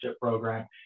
program